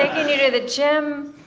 you to the gym.